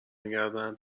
نگهدارن